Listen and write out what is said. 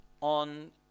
on